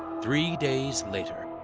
three days later,